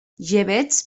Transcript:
llebeig